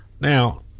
now